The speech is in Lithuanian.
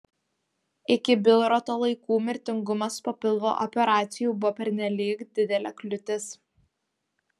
iki bilroto laikų mirtingumas po pilvo operacijų buvo pernelyg didelė kliūtis